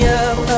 up